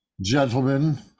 Gentlemen